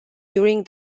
during